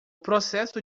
processo